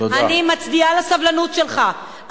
אני מצדיעה לסבלנות שלך,